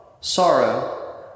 sorrow